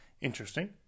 interesting